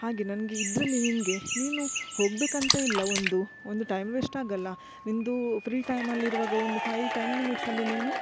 ಹಾಗೆ ನನಗೆ ಇದರಲ್ಲಿ ನಿನಗೆ ನೀನು ಹೋಗ್ಬೇಕಂತ ಇಲ್ಲ ಒಂದು ಒಂದು ಟೈಮ್ ವೇಸ್ಟ್ ಆಗೋಲ್ಲ ನಿಂದು ಫ್ರೀ ಟೈಮಲ್ಲಿರುವಾಗ ಒಂದು ಫೈ ಟೆನ್ ಮಿನಿಟ್ಸಲ್ಲಿ ನೀನು